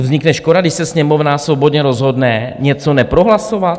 To vznikne škoda, když se Sněmovna svobodně rozhodne něco neprohlasovat?